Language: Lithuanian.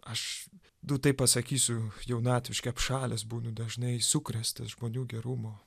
aš nu taip pasakysiu jaunatviškai apšalęs būnu dažnai sukrėstas žmonių gerumo